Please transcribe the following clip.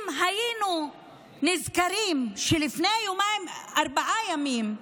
אם היינו נזכרים שלפני יומיים, ארבעה ימים,